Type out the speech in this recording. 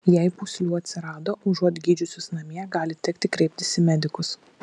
jei pūslių atsirado užuot gydžiusis namie gali tekti kreiptis į medikus